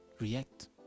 react